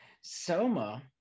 Soma